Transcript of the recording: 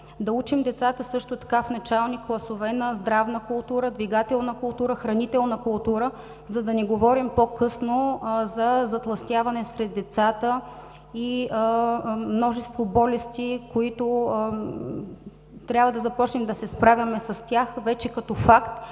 Да учим децата също така в начални класове на здравна култура, двигателна, хранителна култура, за да не говорим по-късно за затлъстяване сред децата и множество болести, с които трябва да се справяме вече като факт,